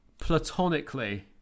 platonically